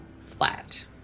flat